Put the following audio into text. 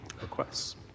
requests